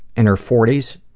in her forty s,